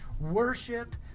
worship